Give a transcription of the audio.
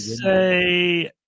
say